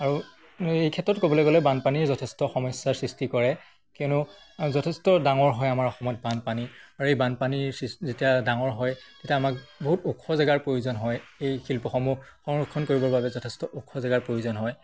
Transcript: আৰু এইক্ষেত্ৰত ক'বলৈ গ'লে বানপানীৰ যথেষ্ট সমস্যাৰ সৃষ্টি কৰে কিয়নো যথেষ্ট ডাঙৰ হয় আমাৰ অসমত বানপানী আৰু এই বানপানীৰ যেতিয়া ডাঙৰ হয় তেতিয়া আমাক বহুত ওখ জেগাৰ প্ৰয়োজন হয় এই শিল্পসমূহ সংৰক্ষণ কৰিবৰ বাবে যথেষ্ট ওখ জেগাৰ প্ৰয়োজন হয়